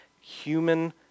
human